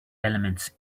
elements